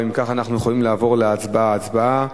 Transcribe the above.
אם כך, אנחנו יכולים לעבור להצבעה, הצבעה